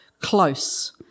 close